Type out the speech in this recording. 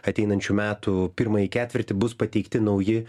ateinančių metų pirmąjį ketvirtį bus pateikti nauji